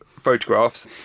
photographs